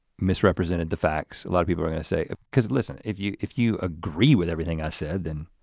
misrepresented the facts. a lot of people are gonna say because listen, if you if you agree with everything i said, then